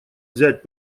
взять